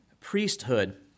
priesthood